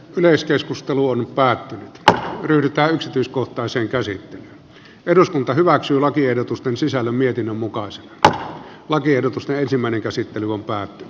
yleiskeskustelu on päättynyt että yritä yksityiskohtaisen käsi ja eduskunta hyväksyy lakiehdotusten sisällön mietinnön mukaan se että lakiehdotusta ensimmäinen käsittely seuraavissa täysistunnoissa